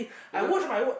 you know